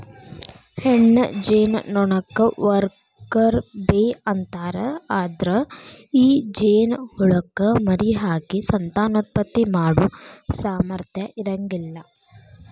ಹೆಣ್ಣ ಜೇನನೊಣಕ್ಕ worker bee ಅಂತಾರ, ಅದ್ರ ಈ ಜೇನಹುಳಕ್ಕ ಮರಿಹಾಕಿ ಸಂತಾನೋತ್ಪತ್ತಿ ಮಾಡೋ ಸಾಮರ್ಥ್ಯ ಇರಂಗಿಲ್ಲ